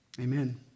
Amen